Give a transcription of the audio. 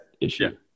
issue